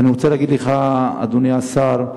אדוני השר,